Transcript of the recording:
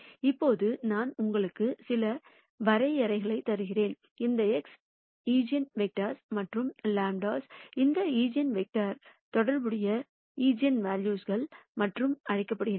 இப்போது நான் உங்களுக்கு சில வரையறைகளைத் தருகிறேன் இந்த x ஐஜென்வெக்டர்கள் என்றும் லாம்ப்டாக்கள் அந்த ஈஜென்வெக்டர்களுடன் தொடர்புடைய ஈஜென்வெல்யூஸ்க்கள் என்றும் அழைக்கப்படுகின்றன